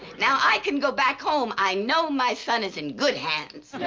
now i can go back home. i know my son is in good hands.